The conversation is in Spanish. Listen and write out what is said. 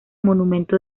monumento